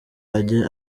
ajye